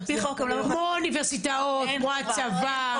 כמו האוניברסיטאות, כמו הצבא.